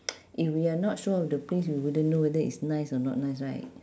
if we are not sure of the place we wouldn't know whether it's nice or not nice right